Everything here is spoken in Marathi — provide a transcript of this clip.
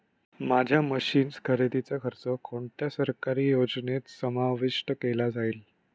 माझ्या मशीन्स खरेदीचा खर्च कोणत्या सरकारी योजनेत समाविष्ट केला जाईल?